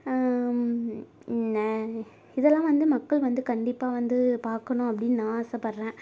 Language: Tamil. இதெல்லாம் வந்து மக்கள் வந்து கண்டிப்பாக வந்த பார்க்கணும் அப்படினு நான் ஆசைப்படுறேன்